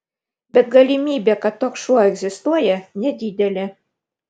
bet galimybė kad toks šuo egzistuoja nedidelė